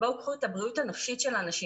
קחו את הבריאות הנפשית של האנשים,